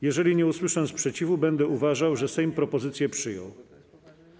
Jeżeli nie usłyszę sprzeciwu, będę uważał, że Sejm propozycję przyjął.